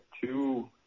two